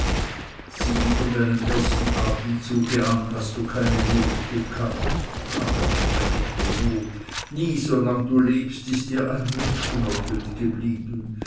sieh von deinem ersten atemzuge an hast du keine not gekannt ach was sprech ich von not nie solange du lebst ist dir ein wunsch unerfüllt geblieben